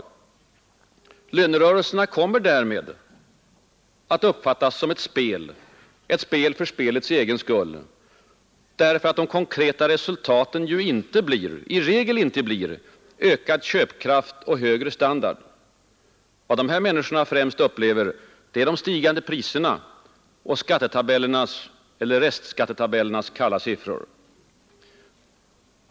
Lönerörelserna kommer därmed att uppfattas som ett spel, ett spel för spelets egen skull, därför att de konkreta resultaten i regel inte blir ökad köpkraft och högre standard. Vad de här människorna främst upplever är de stigande priserna och skattetabellernas eller restskatternas kalla siffror.